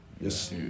Yes